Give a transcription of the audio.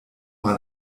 mal